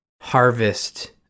harvest